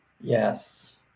Yes